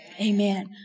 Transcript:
Amen